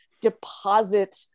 deposit